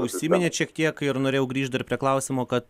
užsiminėt šiek tiek ir norėjau grįžt dar prie klausimo kad